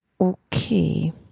Okay